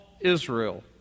Israel